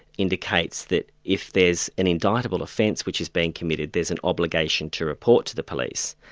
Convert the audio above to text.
indicates that if there's an indictable offence which has been committed, there's an obligation to report to the police.